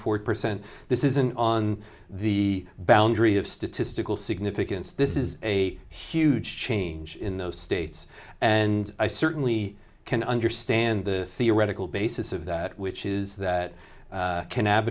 four percent this isn't on the boundary of statistical significance this is a huge change in those states and i certainly can understand the theoretical basis of that which is that